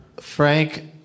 Frank